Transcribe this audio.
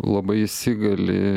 labai įsigali